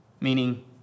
meaning